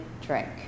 drink